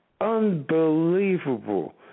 Unbelievable